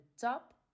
top